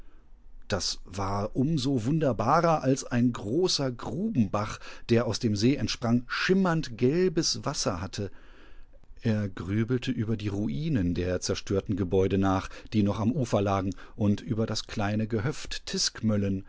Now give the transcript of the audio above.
das war um so wunderbarer als ein großer grubenbach derausdemseeentsprang schimmerndgelbeswasserhatte er grübelte über die ruinen der zerstörten gebäude nach die noch am ufer lagen und über das kleine gehöft